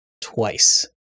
twice